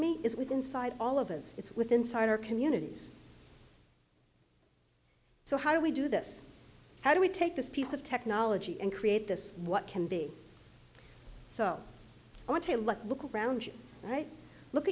me is with inside all of us it's with inside our communities so how do we do this how do we take this piece of technology and create this what can be so you want to look around you right look